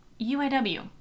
UIW